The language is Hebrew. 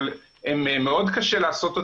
אבל מאוד קשה לעשות אותן,